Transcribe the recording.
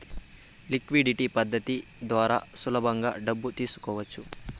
liquidity పద్ధతి ద్వారా సులభంగా డబ్బు తీసుకోవచ్చు